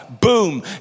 boom